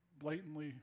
blatantly